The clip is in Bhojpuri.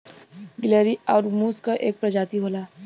गिलहरी आउर मुस क एक परजाती होला